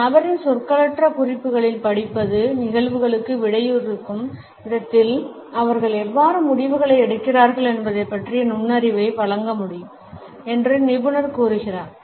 ஒரு நபரின் சொற்களற்ற குறிப்புகளில் படிப்பது நிகழ்வுகளுக்கு விடையிறுக்கும் விதத்தில் அவர்கள் எவ்வாறு முடிவுகளை எடுக்கிறார்கள் என்பதைப் பற்றிய நுண்ணறிவை வழங்க முடியும் என்று நிபுணர் கூறுகிறார்